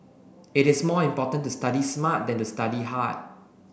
it is more important to study smart than to study hard